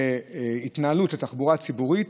היו על התנהלות התחבורה הציבורית,